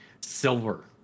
Silver